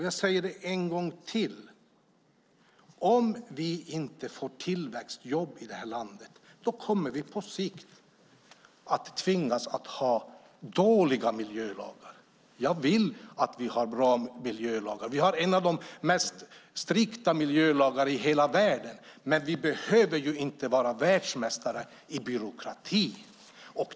Jag säger det igen: Om vi inte får tillväxtjobb i det här landet kommer vi på sikt att tvingas ha dåliga miljölagar. Jag vill att vi ska ha bra miljölagar. Vi har en av de mest strikta miljölagarna i hela världen, men vi behöver inte vara världsmästare i byråkrati.